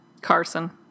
Carson